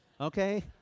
Okay